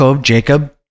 Jacob